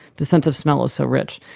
the sense of smell is so rich.